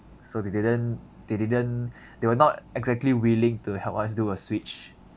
so they didn't they didn't they were not exactly willing to help us do a switch